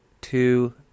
two